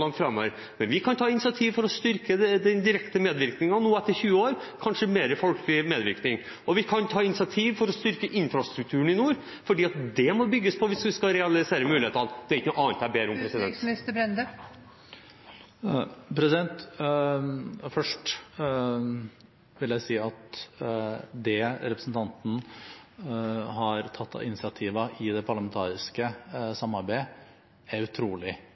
langt framover. Men vi kan ta initiativ til å styrke den direkte medvirkningen nå, etter 20 år, kanskje med mer folkelig medvirkning. Og vi kan ta initiativ til å styrke infrastrukturen i nord, for dét må bygges på hvis vi skal realisere mulighetene. Det er ikke noe annet jeg ber om. Først vil jeg si at det representanten har tatt av initiativer i det parlamentariske samarbeidet, er utrolig